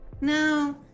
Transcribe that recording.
No